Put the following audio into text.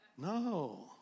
No